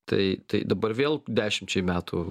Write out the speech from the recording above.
tai tai dabar vėl dešimčiai metų